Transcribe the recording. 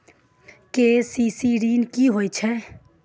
KCC ॠन की होय छै?